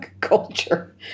culture